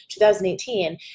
2018